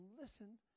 listen